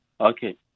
Okay